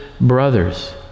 brothers